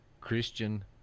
Christian